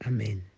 Amen